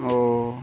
ও